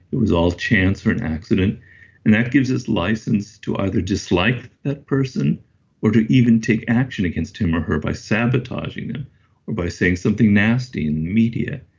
it was all chance or an accident and that gives us license to either dislike that person or to even take action against him or her by sabotaging them or by saying something nasty in the media.